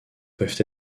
peuvent